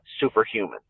superhuman